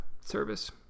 service